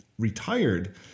retired